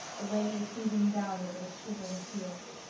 the rain was beating down over the shivering fields.